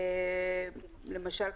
למשל,